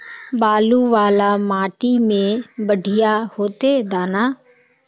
बालू वाला माटी में बढ़िया होते दाना?